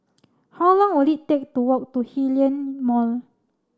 how long will it take to walk to Hillion Mall